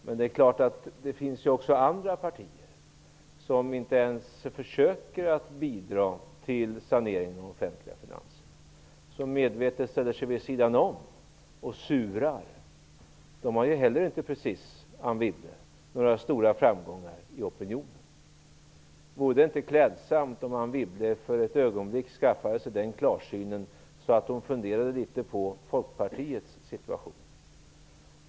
Men det är klart att det också finns andra partier som inte ens försöker att bidra till saneringen av de offentliga finanserna, som medvetet ställer sig vid sidan om och surar. De har ju heller inte precis några stora framgångar i opinionen, Anne Wibble. Vore det inte klädsamt om Anne Wibble för ett ögonblick skaffade sig den klarsynen att hon funderade litet på situationen för Folkpartiet?